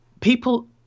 people